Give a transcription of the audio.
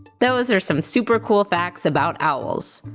those are some super cool facts about owls!